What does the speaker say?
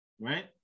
right